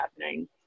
happening